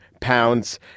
Pounds